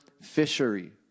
fishery